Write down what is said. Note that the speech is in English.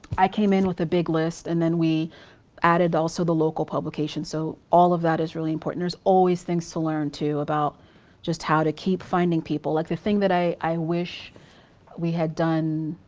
i came in with a big list and then we added also the local publications. so all of that is really important. there's always things to learn, too, about just how to keep finding people. like the thing that i i wish we had done